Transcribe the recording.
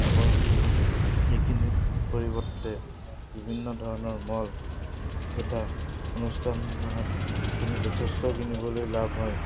নগৰসমূহত সেইখিনিৰ পৰিৱৰ্তে বিভিন্ন ধৰণৰ মল তথা অনুষ্ঠানসমূহত যথেষ্ট কিনিবলৈ লাভ হয়